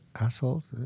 assholes